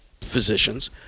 physicians